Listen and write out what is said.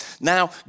Now